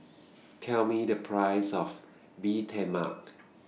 Tell Me The Price of Bee Tai Mak